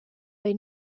bari